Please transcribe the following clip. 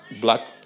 black